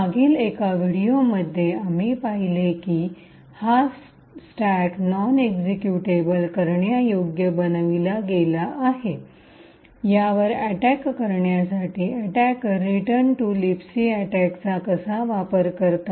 मागील एका व्हिडिओंमध्ये आम्ही पाहले की हा स्टॅक नॉन एक्जीक्यूटेबल करण्यायोग्य बनविला गेला यावर अटैक करण्यासाठी अटैकर रिटर्न टू लिबसी अटैकचा कसा वापर करतात